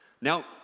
now